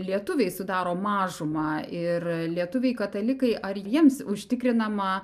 lietuviai sudaro mažumą ir lietuviai katalikai ar jiems užtikrinama